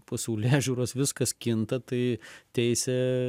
pasaulėžiūros viskas kinta tai teisė